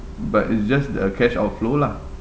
but it's just uh cash outflow lah